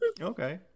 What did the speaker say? Okay